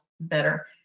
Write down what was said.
better